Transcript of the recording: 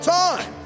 time